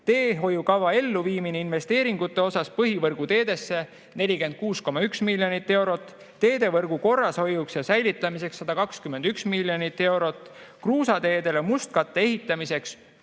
teehoiukava elluviimine investeeringute osas põhivõrguteedesse – 46,1 miljonit eurot, teevõrgu korrashoiuks ja säilitamiseks – 121 miljonit eurot, kruusateedele mustkatte ehitamiseks